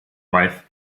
wife